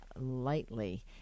lightly